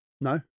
No